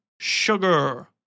sugar